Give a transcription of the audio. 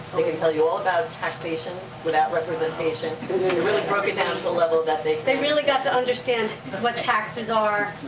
they can tell you all about taxation without representation. we really broke it down to the level that they could they really got to understand what taxes are.